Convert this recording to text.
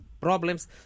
problems